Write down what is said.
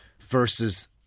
versus